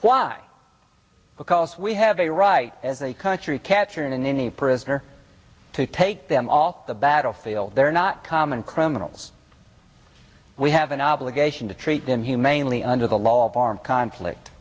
why because we have a right as a country catcher in any prisoner to take them all the battlefield they're not common criminals we have an obligation to treat them humanely under the law of armed conflict